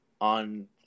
on